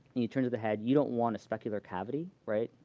and you turn the head, you don't want a specular cavity right?